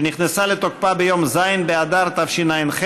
שנכנסה לתוקפה ביום ז' באדר תשע"ח,